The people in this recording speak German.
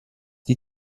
die